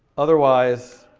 otherwise